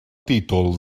títol